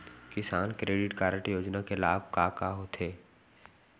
किसान credit card योजना के लाभ का का होथे?